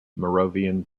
moravian